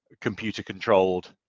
computer-controlled